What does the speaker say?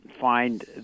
find